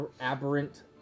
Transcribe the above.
aberrant